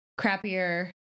crappier